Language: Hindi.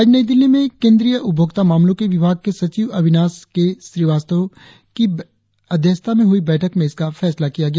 आज नई दिल्ली में केंद्रीय उपभोक्ता मामलों के विभाग के सचिव अनिवाश के श्री वास्तव बैठक की अध्यक्षता में हुई बैठक में इसका फैसला किया गया